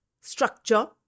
structure